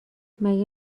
مگه